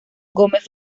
gómez